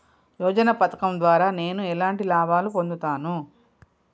యోజన పథకం ద్వారా నేను ఎలాంటి లాభాలు పొందుతాను?